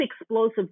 explosive